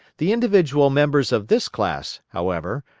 the individual members of this class, however,